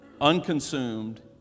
unconsumed